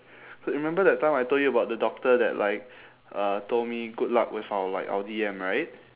so remember that time I told you about the doctor that like uh told me good luck with our like our D_M right